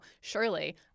surely